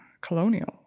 colonial